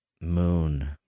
Moon